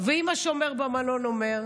ואם השומר במלון אומר,